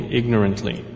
ignorantly